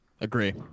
Agree